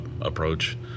approach